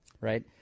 right